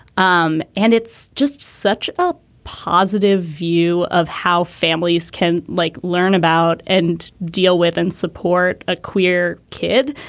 um and it's just such a positive view of how families can like learn about and deal with and support a queer kid.